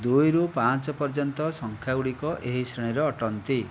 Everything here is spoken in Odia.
ଦୁଇରୁ ପାଞ୍ଚ ପର୍ଯ୍ୟନ୍ତ ସଂଖ୍ୟା ଗୁଡ଼ିକ ଏହି ଶ୍ରେଣୀର ଅଟନ୍ତି